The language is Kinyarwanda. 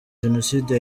jenoside